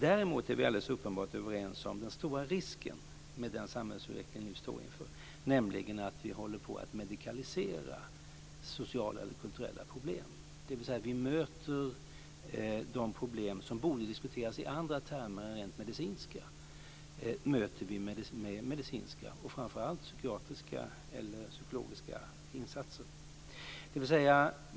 Däremot är vi alldeles uppenbart överens om den stora risken med den samhällsutveckling som vi står inför, nämligen att vi håller på att medikalisera sociala eller kulturella problem. Dvs. att vi möter de problem som borde diskuteras i andra termer än rent medicinska med medicinska och framför allt psykiatriska eller psykologiska insatser.